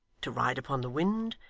to ride upon the wind,